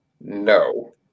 no